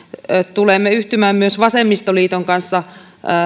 tulemme yhtymään myös vasemmistoliiton kanssa